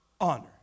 honor